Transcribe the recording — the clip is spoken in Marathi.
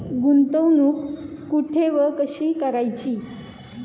गुंतवणूक कुठे व कशी करायची?